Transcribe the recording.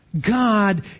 God